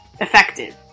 effective